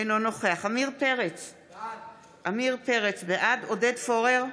אינו נוכח עמיר פרץ, בעד עודד פורר,